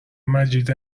مجید